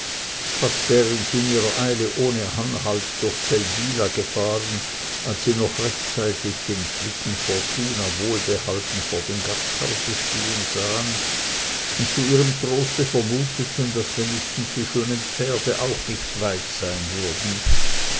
sie in ihrer eile ohne anhalt durch seldwyla gefahren als sie noch rechtzeitig den schlitten fortuna wohlbehalten vor dem gasthause stehen sahen und zu ihrem troste vermuteten daß wenigstens die schönen pferde auch nicht weit sein würden